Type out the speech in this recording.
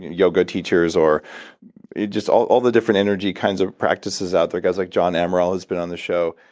yoga teachers, or just all all the different energy kinds of practices out there, guys like john amaral who's been on the show,